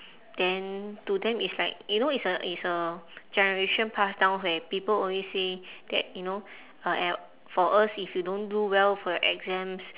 then to them it's like you know it's a it's a generation pass down where people always say that you know uh e~ for us if you don't do well for your exams